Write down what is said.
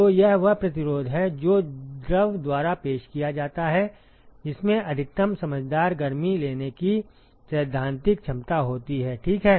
तो यह वह प्रतिरोध है जो द्रव द्वारा पेश किया जाता है जिसमें अधिकतम समझदार गर्मी लेने की सैद्धांतिक क्षमता होती है ठीक है